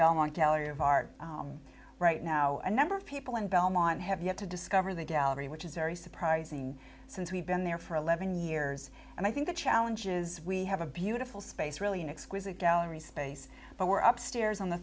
belmont value of art right now a number of people in belmont have yet to discover the gallery which is very surprising since we've been there for eleven years and i think the challenges we have a beautiful space really an exquisite gallery space but we're up stairs on the